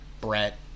Brett